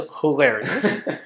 hilarious